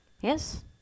Yes